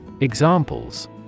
Examples